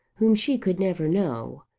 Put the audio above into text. whom she could never know.